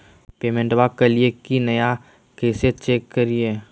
पेमेंटबा कलिए की नय, कैसे चेक करिए?